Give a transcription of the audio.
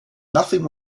nothing